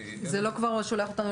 זה לא כבר שולח אותנו להגדרה?